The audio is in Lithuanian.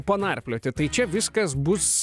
panarplioti tai čia viskas bus